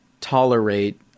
tolerate